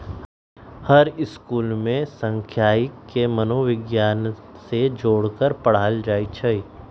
हर school में सांखियिकी के मनोविग्यान से जोड़ पढ़ायल जाई छई